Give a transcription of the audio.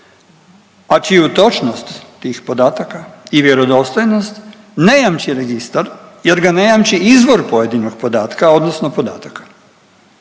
a čiju točnost tih podataka i vjerodostojnost ne jamči registar jer ga ne jamči izvor pojedinog podatka odnosno podataka.